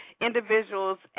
individuals